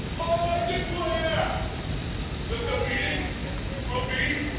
ah declare that the meeting will be